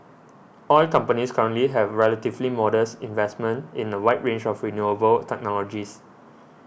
oil companies currently have relatively modest investments in a wide range of renewable technologies